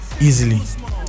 easily